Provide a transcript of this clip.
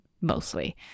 mostly